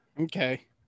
Okay